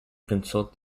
consult